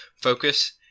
Focus